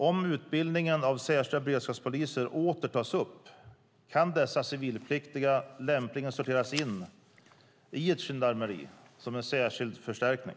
Om utbildningen av särskilda beredskapspoliser åter tas upp kan dessa civilpliktiga lämpligen sorteras in i ett gendarmeri som en särskild förstärkning.